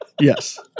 yes